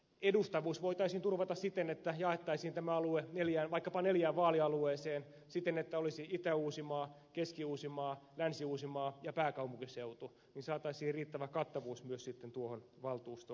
edustavuus voitaisiin turvata siten että jaettaisiin tämä alue vaikkapa neljään vaalialueeseen siten että olisi itä uusimaa keski uusimaa länsi uusimaa ja pääkaupunkiseutu niin saataisiin riittävä kattavuus myös sitten tuohon valtuustoon